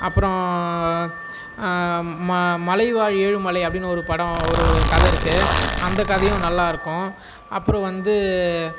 அப்புறம் மலைவாய் ஏழுமலை அப்படின்னு ஒரு படம் ஒரு ஒரு கதை இருக்குது அந்த கதையும் நல்லா இருக்கும் அப்புறோம் வந்து